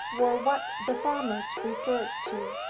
were what the farmers referred to.